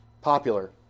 popular